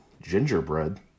gingerbread